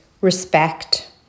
respect